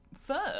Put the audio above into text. fur